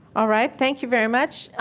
alright, thank you very much.